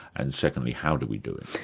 and secondly, how do we do it?